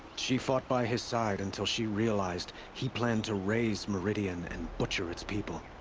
she fought by his side until she realized. he planned to raise meridian and butcher its people.